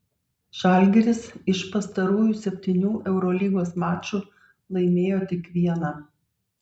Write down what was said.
žalgiris iš pastarųjų septynių eurolygos mačų laimėjo tik vieną